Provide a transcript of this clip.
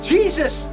Jesus